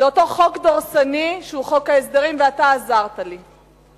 לאותו חוק דורסני שהוא חוק ההסדרים, ואתה עזרת לי.